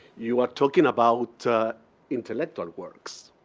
you are talking about intellectual works,